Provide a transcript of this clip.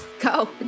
go